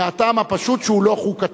מהטעם הפשוט שהוא לא חוקתי,